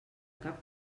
cap